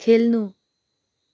खेल्नु